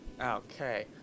Okay